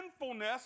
sinfulness